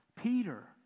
Peter